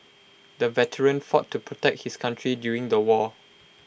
the veteran fought to protect his country during the war